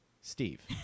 Steve